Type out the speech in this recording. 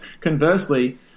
conversely